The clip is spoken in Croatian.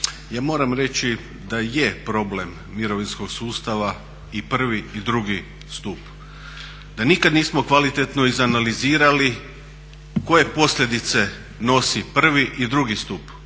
Ja moram reći da je problem mirovinskog sustava i prvi i drugi stup, da nikad nismo kvalitetno izanalizirali koje posljedice nosi prvi i drugi stup.